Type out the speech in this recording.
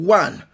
one